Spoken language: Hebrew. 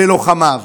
בלוחמיו.